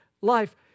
life